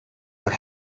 what